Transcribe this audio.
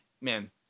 man